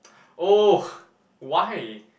oh why